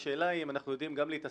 השאלה היא אם אנחנו יודעים גם להתעסק